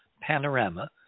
panorama